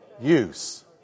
use